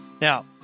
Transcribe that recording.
Now